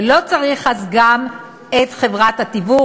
ולא צריך אז גם את חברת התיווך.